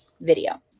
video